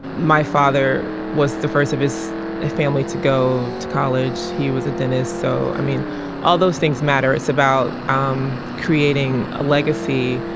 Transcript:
my father was the first of his family to go to college. he was a dentist. so i mean all those things matter it's about um creating a legacy.